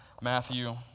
Matthew